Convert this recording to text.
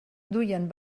duien